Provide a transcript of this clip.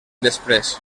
després